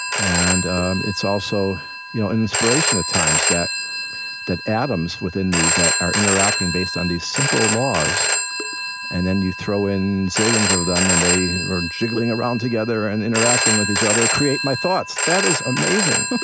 and and it's also an you know inspiration at times that that atoms within me that are interacting based on these simple laws and then you throw in zillions of them, and they are jiggling around together and interacting with each other create my thoughts. that is amazing.